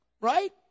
Right